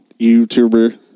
YouTuber